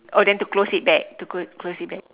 oh then to close it back to close close it back